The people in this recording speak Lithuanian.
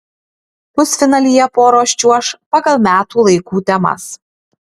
pusfinalyje poros čiuoš pagal metų laikų temas